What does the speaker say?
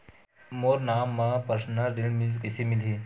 मोर नाम म परसनल ऋण कइसे मिलही?